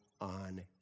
on